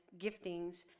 giftings